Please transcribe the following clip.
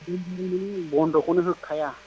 बन्द' खौनो होखाया